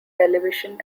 television